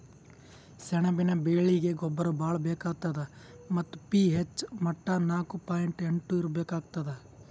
ಸೆಣಬಿನ ಬೆಳೀಗಿ ಗೊಬ್ಬರ ಭಾಳ್ ಬೇಕಾತದ್ ಮತ್ತ್ ಪಿ.ಹೆಚ್ ಮಟ್ಟಾ ನಾಕು ಪಾಯಿಂಟ್ ಎಂಟು ಇರ್ಬೇಕಾಗ್ತದ